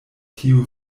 tiu